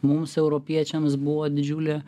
mums europiečiams buvo didžiulė